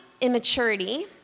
immaturity